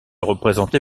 représenté